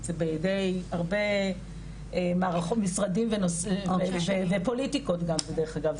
זה בידי הרבה משרדים ופוליטיקות גם דרך אגב,